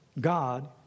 God